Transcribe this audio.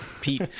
Pete